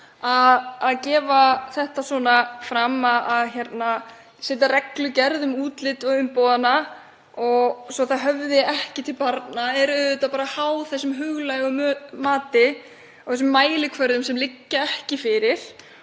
að setja þetta svona fram. Það að setja reglugerð um útlit og umbúðir svo það höfði ekki til barna er auðvitað bara háð huglægu mati á þessum mælikvörðum sem liggja ekki fyrir.